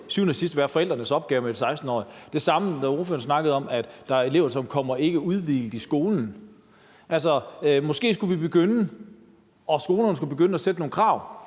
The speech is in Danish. syvende og sidst være forældrenes opgave med en 16-årig. Det er det samme som det, ordføreren snakkede om, med, at der er elever, som kommer ikkeudhvilet i skole. Altså, måske skulle vi og skolerne begynde at sætte nogle krav